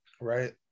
Right